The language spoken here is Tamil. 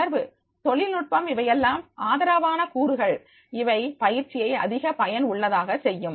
தொடர்பு தொழில்நுட்பம் இவையெல்லாம் ஆதரவான கூறுகள் இவை பயிற்சியை அதிக பயன் உள்ளதாக செய்யும்